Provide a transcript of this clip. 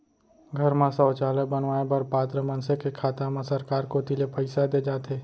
घर म सौचालय बनवाए बर पात्र मनसे के खाता म सरकार कोती ले पइसा दे जाथे